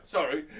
Sorry